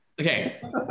okay